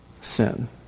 sin